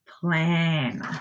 plan